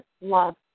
love